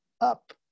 up